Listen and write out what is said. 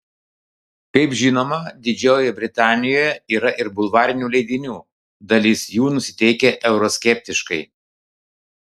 kaip žinoma didžiojoje britanijoje yra ir bulvarinių leidinių dalis jų nusiteikę euroskeptiškai